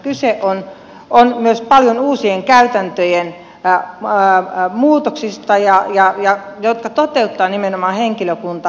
kyse on myös paljon uusien käytäntöjen muutoksista jotka toteuttaa nimenomaan henkilökunta